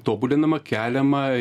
tobulinama keliama